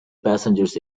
passengers